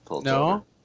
No